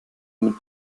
mit